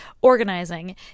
organizing